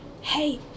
hey